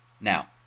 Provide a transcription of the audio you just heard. Now